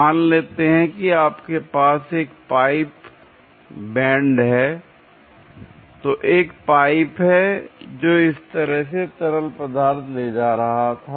मान लेते हैं कि आपके पास एक पाइप बैंड है I तो एक पाइप है जो इस तरह से तरल पदार्थ ले जा रहा था